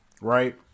right